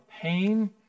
pain